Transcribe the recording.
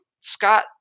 Scott